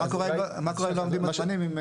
מה קורה אם לא עומדים בזמנים?